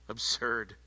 Absurd